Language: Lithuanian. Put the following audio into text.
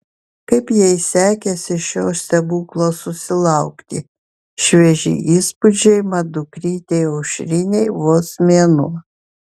kaip jai sekėsi šio stebuklo susilaukti švieži įspūdžiai mat dukrytei aušrinei vos mėnuo